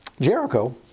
Jericho